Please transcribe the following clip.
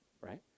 right